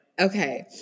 Okay